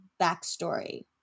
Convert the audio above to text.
backstory